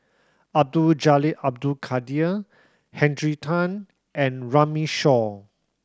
Abdul Jalil Abdul Kadir Henry Tan and Runme Shaw